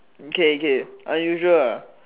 okay okay unusual ah